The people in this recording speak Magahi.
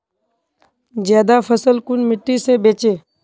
ज्यादा फसल कुन मिट्टी से बेचे?